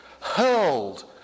hurled